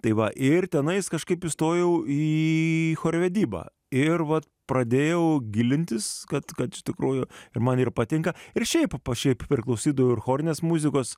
tai va ir tenais kažkaip įstojau į chorvedybą ir vat pradėjau gilintis kad kad iš tikrųjų ir man ir patinka ir šiaip pa šiaip priklausydavau ir chorinės muzikos